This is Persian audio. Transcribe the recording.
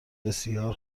بسیار